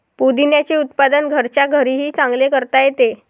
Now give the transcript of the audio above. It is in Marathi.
पुदिन्याचे उत्पादन घरच्या घरीही चांगले करता येते